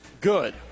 Good